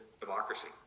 democracy